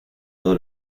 todo